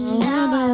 now